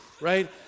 right